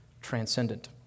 transcendent